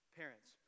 parents